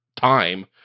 time